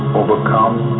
overcome